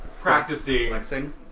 practicing